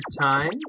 time